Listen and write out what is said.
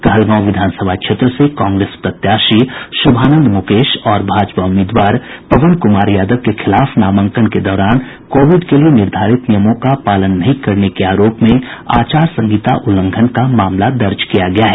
कहलगांव विधानसभा क्षेत्र से कांग्रेस प्रत्याशी शुभानंद मुकेश और भाजपा उम्मीदवार पवन कुमार यादव के खिलाफ नामांकन के दौरान कोविड के लिए निर्धारित नियमों का पालन नहीं करने के आरोप में आचार संहिता उल्लंघन का मामला दर्ज किया गया है